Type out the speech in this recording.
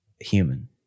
human